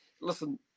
listen